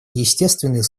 естественный